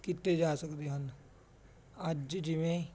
ਕੀਤੇ ਜਾ ਸਕਦੇ ਹਨ ਅੱਜ ਜਿਵੇਂ